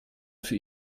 für